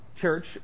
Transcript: church